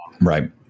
right